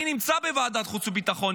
אני נמצא בוועדת החוץ והביטחון,